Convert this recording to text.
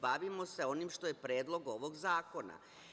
Bavimo se onim što je predlog ovog zakona.